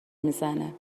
میزنه